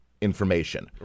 Information